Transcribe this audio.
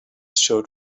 showed